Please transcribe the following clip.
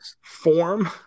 form